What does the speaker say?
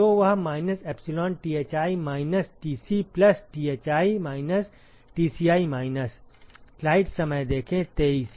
तो वह minus epsilon Thi minus Tc plus Thi minus Tci minus